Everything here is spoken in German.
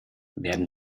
werden